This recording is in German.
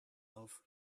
auf